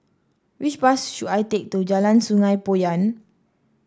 which bus should I take to Jalan Sungei Poyan